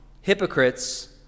hypocrites